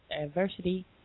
Adversity